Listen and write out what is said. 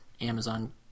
Amazon